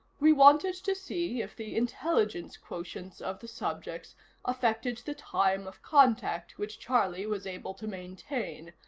we wanted to see if the intelligence quotients of the subjects affected the time of contact which charlie was able to maintain.